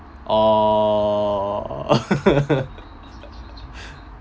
or